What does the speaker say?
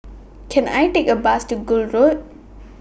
Can I Take A Bus to Gul Road